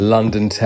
London